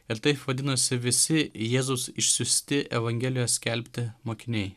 ir taip vadinosi visi jėzaus išsiųsti evangelijos skelbti mokiniai